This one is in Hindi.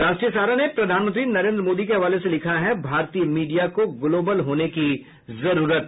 राष्ट्रीय सहारा ने प्रधानमंत्री नरेन्द्र मोदी के हवाले से लिखा है भारतीय मीडिया को ग्लोबल होने की जरूरत